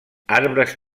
arbres